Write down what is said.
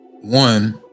one